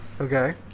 Okay